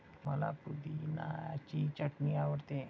मला पुदिन्याची चटणी आवडते